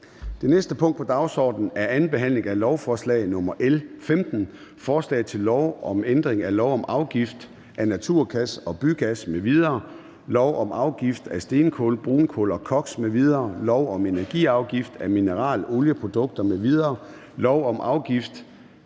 Det næste punkt på dagsordenen er: 4) 2. behandling af lovforslag nr. L 15: Forslag til lov om ændring af lov om afgift af naturgas og bygas m.v., lov om afgift af stenkul, brunkul og koks m.v., lov om energiafgift af mineralolieprodukter m.v., lov om afgift af